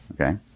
Okay